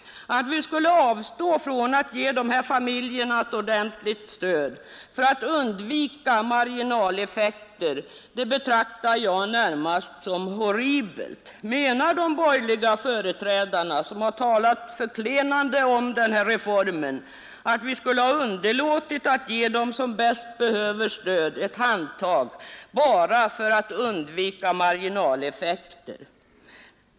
Att vi skulle avstå från att ge dessa familjer ett ordentligt stöd för att undvika marginaleffekter betraktar jag som närmast horribelt. Menar de borgerliga som har talat förklenande om denna reform, att vi bara för att undvika marginaleffekter skulle ha underlåtit att ge ett handtag åt dem som bäst behöver stöd?